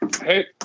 Hey